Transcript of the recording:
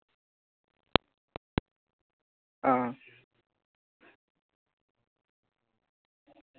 आं